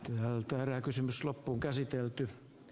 nolte herää kysymys loppuunkäsitelty